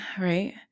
right